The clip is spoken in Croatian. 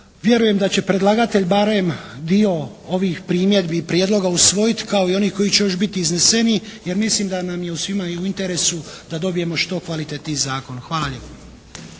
vjerujem da će predlagatelj barem dio ovih primjedbi i prijedloga usvojiti kao i oni koji će još biti izneseni, jer mislim da nam je svima i u interesu da dobijemo što kvalitetniji zakon. Hvala